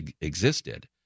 existed